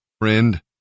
Friend